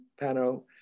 Pano